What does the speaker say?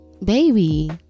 Baby